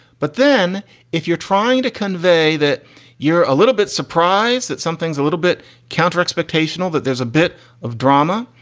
but then if you're trying to convey that you're a little bit surprised that something's a little bit counter expectational, that there's a bit of drama.